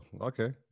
okay